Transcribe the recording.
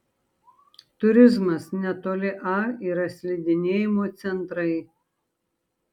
turizmas netoli a yra slidinėjimo centrai